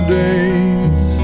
days